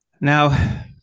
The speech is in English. Now